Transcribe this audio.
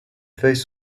feuilles